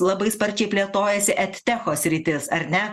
labai sparčiai plėtojasi et techo sritis ar ne